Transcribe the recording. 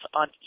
on